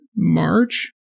march